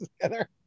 together